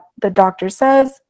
thedoctorsays